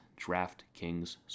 DraftKings